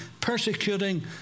persecuting